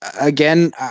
again